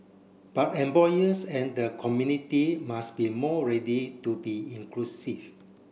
but employers and the community must be more ready to be inclusive